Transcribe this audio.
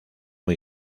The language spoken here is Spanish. muy